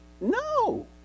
No